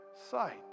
sight